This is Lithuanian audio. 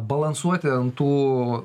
balansuoti ant tų